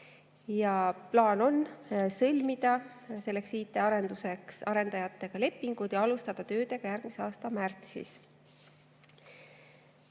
Plaan on sõlmida selleks IT‑arendajatega lepinguid ja alustada töödega järgmise aasta märtsis.